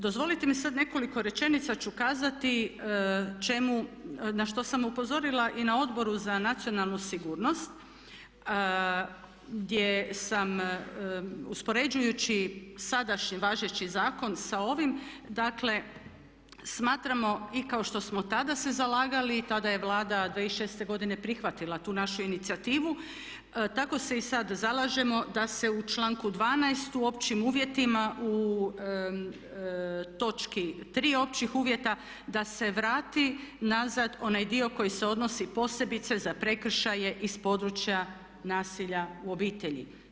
Dozvolite mi sad nekoliko rečenica ću kazati na što sam upozorila i na Odboru za nacionalnu sigurnost gdje sam uspoređujući sadašnji važeći zakon sa ovim, dakle smatramo i kao što smo tada se zalagali i tada je Vlada 2006. godine prihvatila tu našu inicijativu, tako se i sad zalažemo da se u članku 12. u općim uvjetima u točki tri općih uvjeta da se vrati nazad onaj dio koji se odnosi posebice za prekršaje iz područja nasilja u obitelji.